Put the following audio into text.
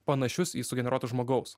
panašius į sugeneruotus žmogaus